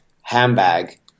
handbag